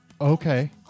Okay